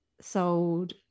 sold